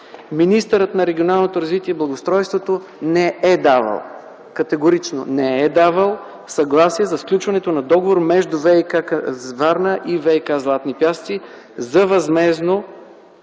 Министърът на регионалното развитие и благоустройството не е давал, категорично – не е давал съгласие за сключването на договор между ВиК-Варна и ВиК – „Златни пясъци” за възмездно